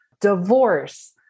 divorce